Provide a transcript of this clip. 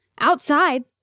outside